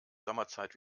sommerzeit